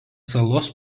salos